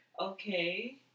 okay